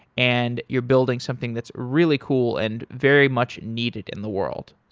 and you're building something that's really cool and very much needed in the world.